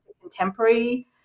contemporary